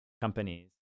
companies